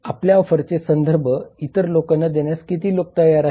आपल्या ऑफरचे संधर्भ इत्तर लोकांना देण्यास किती लोक तयार आहेत